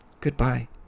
Goodbye